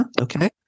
okay